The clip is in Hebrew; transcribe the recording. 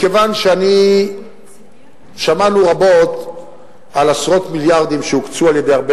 מכיוון ששמענו רבות על עשרות מיליארדים שהוקצו על-ידי הרבה